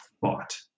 thought